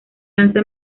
lanza